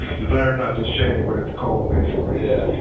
desire not to shave what it's called basically yeah.